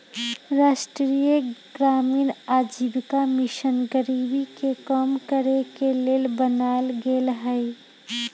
राष्ट्रीय ग्रामीण आजीविका मिशन गरीबी के कम करेके के लेल बनाएल गेल हइ